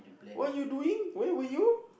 what you doing where were you